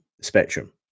spectrum